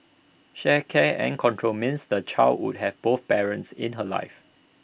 shared care and control meants the child would have both parents in her life